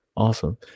Awesome